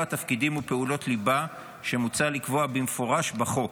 תפקידים ופעולות ליבה שמוצע לקבוע במפורש בחוק,